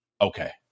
okay